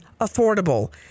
affordable